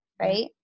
right